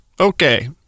Okay